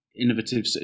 innovative